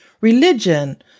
religion